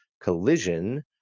Collision